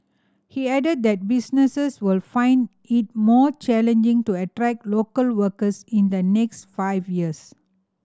he added that businesses will find it more challenging to attract local workers in the next five years